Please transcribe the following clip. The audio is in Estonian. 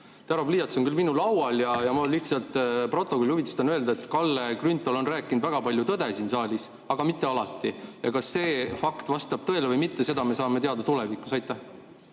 Terav pliiats on minu laual. Ma tahan lihtsalt stenogrammi huvides öelda, et Kalle Grünthal on rääkinud väga palju tõde siin saalis, aga mitte alati. Ja kas see fakt vastab tõele või mitte, seda me saame teada tulevikus. Aitäh,